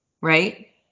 right